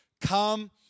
come